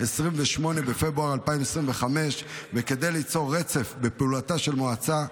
28 בפברואר 2025. וכדי ליצור רצף בפעולתה של המועצה,